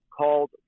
called